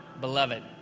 beloved